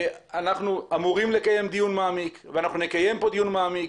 אנחנו אמורים לקיים דיון מעמיק ואנחנו נקיים כאן דיון מעמיק.